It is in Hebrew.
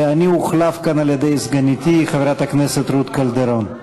ואני אוחלף כאן על-ידי סגניתי חברת הכנסת רות קלדרון.